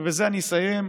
ובזה אני אסיים,